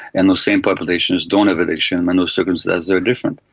and those same populations don't have addiction when those circumstances are different.